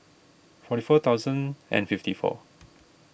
forty four thousand and fifty four